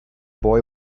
boy